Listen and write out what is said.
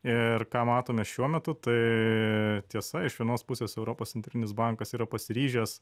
ir ką matome šiuo metu tai tiesa iš vienos pusės europos centrinis bankas yra pasiryžęs